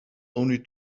only